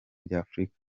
by’afurika